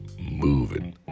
moving